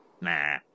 Nah